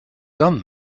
done